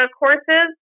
courses